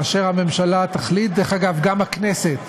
כאשר הממשלה תחליט, דרך אגב, גם הכנסת